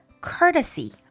courtesy